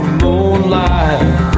moonlight